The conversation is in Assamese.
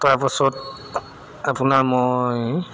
তাৰপাছত আপোনাৰ মই